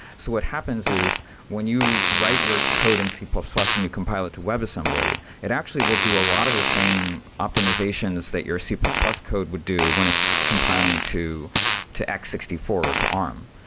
so what happens is when you write your code in c plus plus and you compile it to webassembly, it actually will do a lot of the same optimizations that your c plus plus code would do when it's compiling to to x six four or to arm.